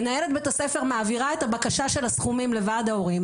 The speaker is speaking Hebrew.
מנהלת בית הספר מעבירה את הבקשה של הסכומים לוועד ההורים,